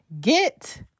Get